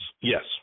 Yes